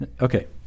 Okay